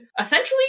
essentially